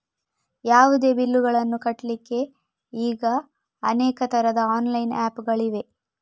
ಯಾವುದೇ ಬಿಲ್ಲುಗಳನ್ನು ಕಟ್ಲಿಕ್ಕೆ ಈಗ ಅನೇಕ ತರದ ಆನ್ಲೈನ್ ಆಪ್ ಗಳಿವೆ